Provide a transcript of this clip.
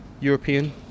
European